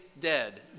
dead